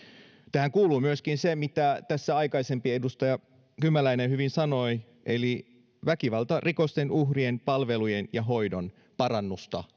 tähän kuuluu myöskin se mitä tässä aikaisempi edustaja kymäläinen hyvin sanoi eli väkivaltarikosten uhrien palvelujen ja hoidon parannus